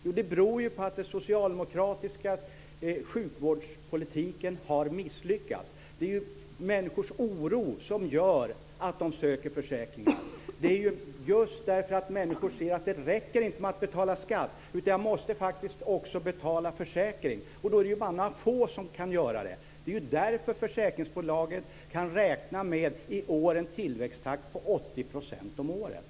Jo, det beror på att den socialdemokratiska sjukvårdspolitiken har misslyckats. Det är människors oro som gör att de söker sig till försäkringarna. Människor ser att det inte räcker med att betala skatt, utan att de faktiskt också måste betala för en försäkring. Och det är det bara några få som kan göra! Det är därför försäkringsbolagen i år kan räkna med en tillväxttakt på 80 % om året.